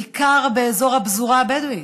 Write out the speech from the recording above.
בעיקר באזור הפזורה הבדואית,